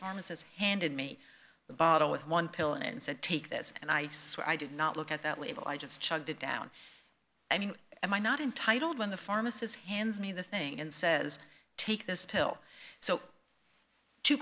pharmacists handed me the bottle with one pill and said take this and i swear i did not look at that label i just chugged it down i mean am i not entitled when the pharmacist hands me the thing and says take this pill so two